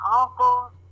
uncle